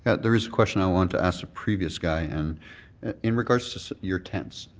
there is a question i wanted to ask the previous guy. and and in regards to your tents,